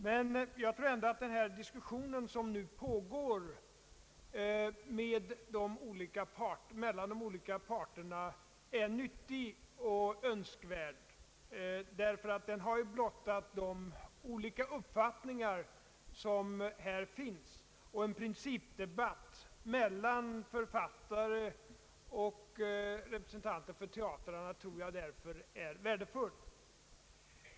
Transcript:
Men jag tror ändå att den diskussion som nu pågår mellan de olika parterna är nyttig och önskvärd, ty den har ju blottat de olika uppfattningar som här råder, och en principdebatt mellan författare och representanter för teatrarna är därför värdefull.